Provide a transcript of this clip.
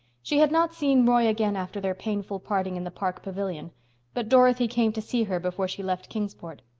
she had not seen roy again after their painful parting in the park pavilion but dorothy came to see her before she left kingsport.